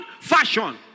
fashion